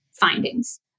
findings